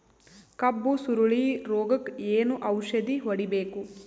ಕಬ್ಬು ಸುರಳೀರೋಗಕ ಏನು ಔಷಧಿ ಹೋಡಿಬೇಕು?